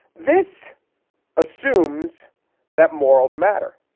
this assumes that morals matter.